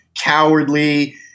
cowardly